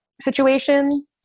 situation